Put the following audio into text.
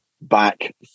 back